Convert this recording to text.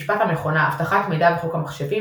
משפט המכונה אבטחת מידע וחוק המחשבים,